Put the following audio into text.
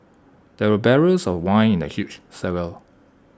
there were barrels of wine in the huge cellar